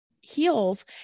heals